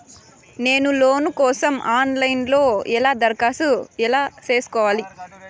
నేను లోను కోసం online లో ఎలా దరఖాస్తు ఎలా సేసుకోవాలి?